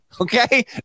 Okay